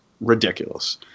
ridiculous